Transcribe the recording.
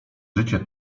życie